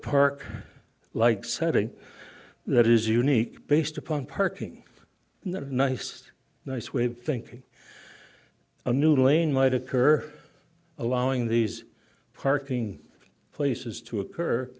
park like setting that is unique based upon parking and that nice nice way of thinking a new lane might occur allowing these parking places to occur